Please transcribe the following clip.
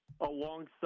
Alongside